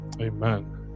Amen